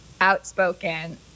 outspoken